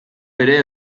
ere